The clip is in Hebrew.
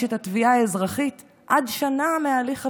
את התביעה האזרחית עד שנה מההליך הפלילי,